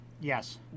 Yes